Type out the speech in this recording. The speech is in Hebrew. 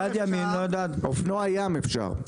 אמרתי, יד ימין לא יודעת אופנוע ים אפשר.